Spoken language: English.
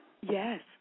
Yes